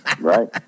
Right